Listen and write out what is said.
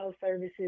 services